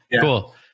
Cool